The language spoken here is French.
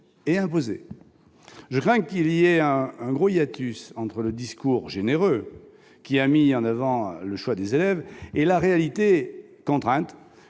et imposées ? Je crains qu'il n'y ait un important hiatus entre le discours généreux qui a mis en avant le choix des élèves et la réalité contrainte